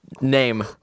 Name